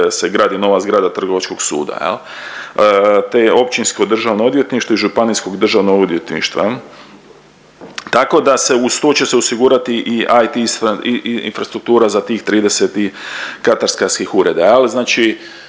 se gradi nova zgrada trgovačkog suda te općinsko državno odvjetništvo i županijsko državno odvjetništvo tako da se uz to će se osigurati IT infrastruktura za tih 30 katastarskih ureda.